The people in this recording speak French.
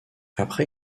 après